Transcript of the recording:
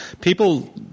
People